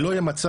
לא יהיה מצב,